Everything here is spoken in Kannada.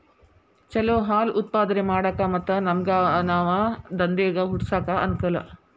ಚಲೋ ಹಾಲ್ ಉತ್ಪಾದನೆ ಮಾಡಾಕ ಮತ್ತ ನಮ್ಗನಾವ ದಂದೇಗ ಹುಟ್ಸಾಕ ಅನಕೂಲ